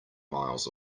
miles